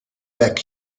weg